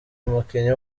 umukinnyi